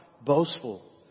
boastful